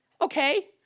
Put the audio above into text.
Okay